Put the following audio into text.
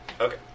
Okay